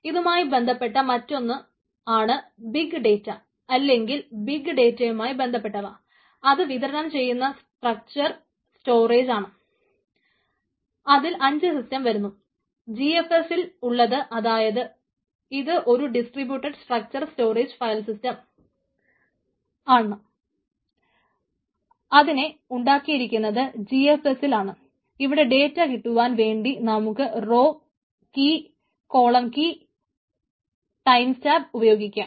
അതുകാരണം അതിനെ ഫളാഗ് ഉപയോഗിക്കാം